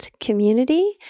community